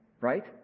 Right